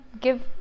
give